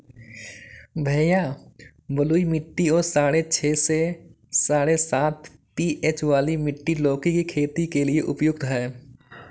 भैया बलुई मिट्टी और साढ़े छह से साढ़े सात पी.एच वाली मिट्टी लौकी की खेती के लिए उपयुक्त है